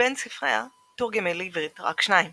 מבין ספריה תורגמו לעברית רק שניים